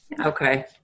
Okay